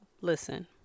Listen